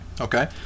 Okay